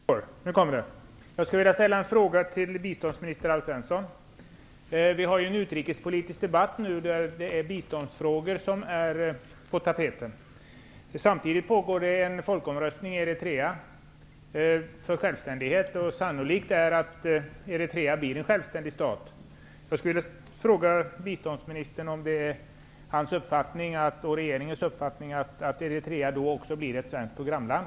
Fru talman! Jag skulle vilja ställa en fråga till biståndsminister Alf Svensson. Vi för i dag en debatt om biståndsfrågor. Samtidigt genomförs en folkomröstning om självständighet i Eritrea. Det är sannolikt att Eritrea blir en självständig stat. Jag vill fråga biståndsministern om det är hans och regeringens uppfattning att Eritrea då också blir ett svenskt programland.